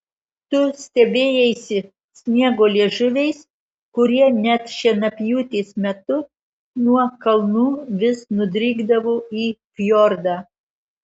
tu stebėjaisi sniego liežuviais kurie net šienapjūtės metu nuo kalnų vis nudrykdavo į fjordą